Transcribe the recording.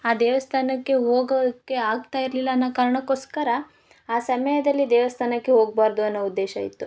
ಆ ದೇವಸ್ಥಾನಕ್ಕೆ ಹೋಗೋಕೆ ಆಗ್ತಾ ಇರಲಿಲ್ಲ ಅನ್ನೋ ಕಾರಣಕ್ಕೋಸ್ಕರ ಆ ಸಮಯದಲ್ಲಿ ದೇವಸ್ಥಾನಕ್ಕೆ ಹೋಗ್ಬಾರ್ದು ಅನ್ನೋ ಉದ್ದೇಶ ಇತ್ತು